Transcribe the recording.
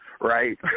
right